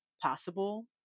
possible